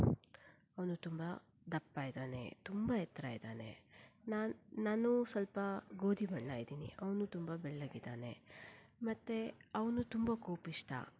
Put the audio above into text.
ಅವನು ತುಂಬ ದಪ್ಪ ಇದ್ದಾನೆ ತುಂಬ ಎತ್ತರ ಇದ್ದಾನೆ ನಾನ್ ನಾನು ಸ್ವಲ್ಪ ಗೋಧಿ ಬಣ್ಣ ಇದ್ದೀನಿ ಅವನು ತುಂಬ ಬೆಳ್ಳಗಿದ್ದಾನೆ ಮತ್ತು ಅವನು ತುಂಬ ಕೋಪಿಷ್ಠ